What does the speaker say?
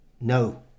No